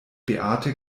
beate